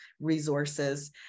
resources